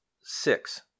six